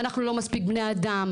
ואנחנו לא מספיק בני אדם,